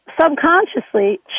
subconsciously